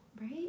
Right